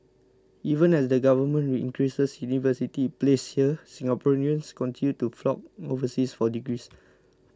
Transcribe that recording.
even as the Government increases university places here Singaporeans continue to flock overseas for degrees